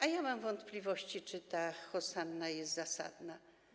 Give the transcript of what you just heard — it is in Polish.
A ja mam wątpliwości, czy ta hosanna jest zasadna.